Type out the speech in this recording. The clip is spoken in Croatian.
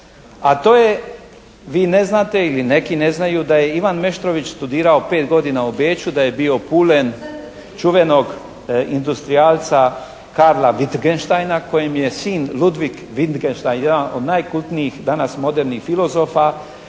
a to je, vi ne znate ili neki ne znaju da je Ivan Meštrović studirao 5 godina u Beču. Da je bio pulen čuvenog industrijalca Karla Vintgenštajna kojem je sin Ludwig Vintgenštajn jedan od najkultnijih danas modernih filozofa.